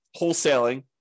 wholesaling